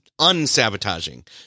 unsabotaging